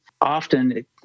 often